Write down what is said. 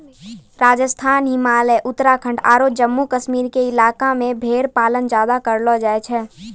राजस्थान, हिमाचल, उत्तराखंड आरो जम्मू कश्मीर के इलाका मॅ भेड़ पालन ज्यादा करलो जाय छै